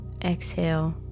Exhale